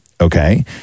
Okay